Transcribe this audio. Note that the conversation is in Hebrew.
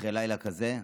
אחרי לילה כזה,